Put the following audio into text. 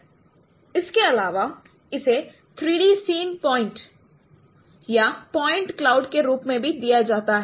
इसके अलावा इसे 3 डी सीन पॉइंट या पॉइंट क्लाउड के रूप में भी दिया जाता है